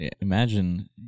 Imagine